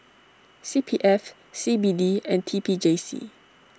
C P F C B D and T P J C